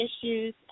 issues